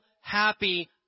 happy